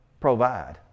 provide